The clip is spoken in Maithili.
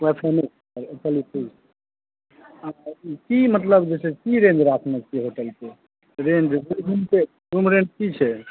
वाइ फाइ नहि मिलतै चलू ठीक छै की मतलब जे छै से की रेंज राखने छियै होटल के रेंज रूम के रूम रेंट की छै